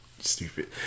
stupid